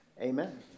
amen